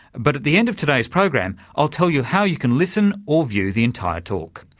but at the end of today's program i'll tell you how you can listen or view the entire talk.